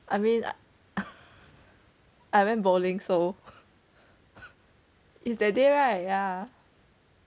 I mean I went bowling so is that day right yeah